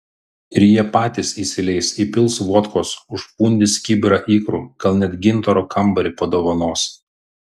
ir jie patys įsileis įpils vodkos užfundys kibirą ikrų gal net gintaro kambarį padovanos